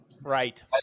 Right